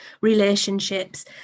relationships